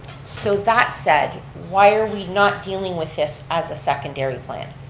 so that said, why are we not dealing with this as a secondary plan?